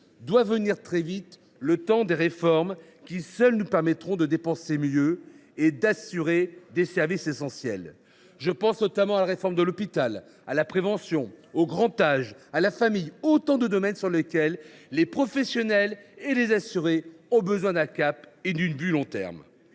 doit venir très vite le temps des réformes qui, seules, nous permettront de dépenser mieux et d’assurer des services essentiels. Je pense notamment à la réforme de l’hôpital, à la prévention, au grand âge, à la famille, autant de domaines sur lesquels les professionnels et les assurés ont besoin d’un cap et d’une vision à long terme.